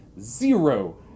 zero